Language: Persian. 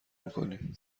میکنیم